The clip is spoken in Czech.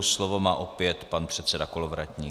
Slovo má opět pan předseda Kolovratník.